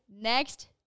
next